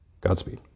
Godspeed